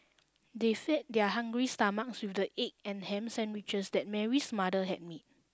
they fed their hungry stomachs with the egg and ham sandwiches that Mary's mother had made